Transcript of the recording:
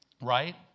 right